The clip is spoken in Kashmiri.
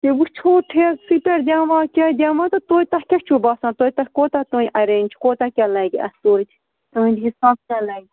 تہِ وُچھو ٹھیکسٕے پٮ۪ٹھ دِمہٕ وا کیٛاہ دِمو تہٕ توتہِ تۄہہِ کیٛاہ چھُ باسان تۄہہِ تۄہہِ کوتاہ تانۍ اَرینٛج کوتاہ کیٛاہ لَگہِ اَتھ توتہِ تٔہٕنٛدِ حساب کیٛاہ لَگہِ